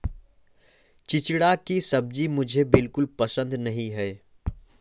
चिचिण्डा की सब्जी मुझे बिल्कुल पसंद नहीं है